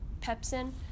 pepsin